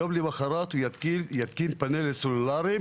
יום למחרת הוא יתקין פאנל סולארי,